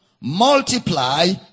Multiply